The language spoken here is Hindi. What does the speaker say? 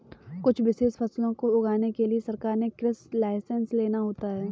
कुछ विशेष फसलों को उगाने के लिए सरकार से कृषि लाइसेंस लेना होता है